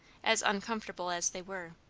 as uncomfortable as they were.